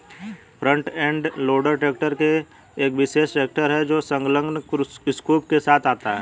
front end loader tractor एक विशेष tractor है जो संलग्न स्कूप के साथ आता है